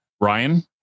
Ryan